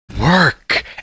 work